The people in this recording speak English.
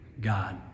God